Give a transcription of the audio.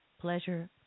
pleasure